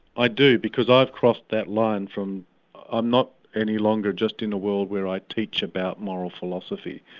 i do, because i crossed that line from i'm not any longer just in a world where i teach about moral philosophy,